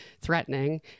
threatening